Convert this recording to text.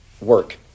work